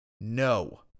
No